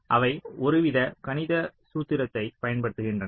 அவை ஒருவித கணித சூத்திரத்தைப் பயன்படுத்துகின்றன